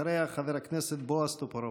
אחריה, חבר הכנסת בועז טופורובסקי.